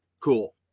cool